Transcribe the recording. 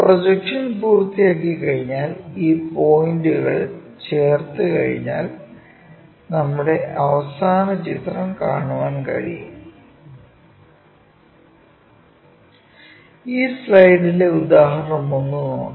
projection പൂർത്തിയാക്കിക്കഴിഞ്ഞാൽ ഈ പോയിൻറ്കൾ ചേർത്തുകഴിഞ്ഞാൽ നമ്മുടെ അവസാന ചിത്രം കാണുവാൻ കഴിയും ഈ സ്ലൈഡിലെ ഉദാഹരണം 1 നോക്കാം